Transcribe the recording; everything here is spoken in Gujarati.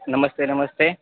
નમસ્તે નમસ્તે